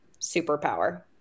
superpower